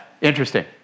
Interesting